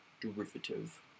derivative